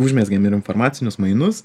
užmezgėm ir informacinius mainus